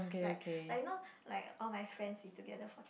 like like you know like all my friends we together for